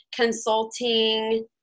consulting